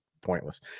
Pointless